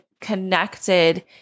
connected